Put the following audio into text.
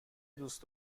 دوست